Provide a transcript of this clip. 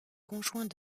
conjoints